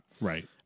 Right